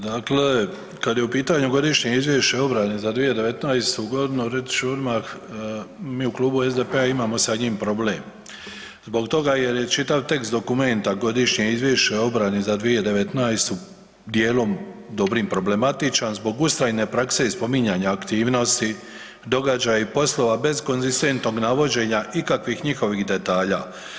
Dakle, kada je u pitanju Godišnje izvješće o obrani za 2019. godinu, reći ću odmah mi u Klubu SDP-a imamo sa njim problem zbog toga jer je čitav tekst dokumenta Godišnje izvješće o obrani za 2019. dijelom dobrim problematičan zbog ustrajne prakse i spominjanja aktivnosti, događaji i poslova bez konzistentnog navođenja ikakvih njihovih detalja.